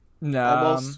No